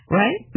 right